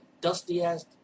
dusty-ass